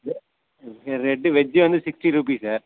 வெ per head veg வந்து sixty rupee sir